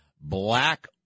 black